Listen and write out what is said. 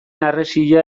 harresia